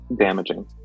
damaging